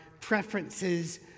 preferences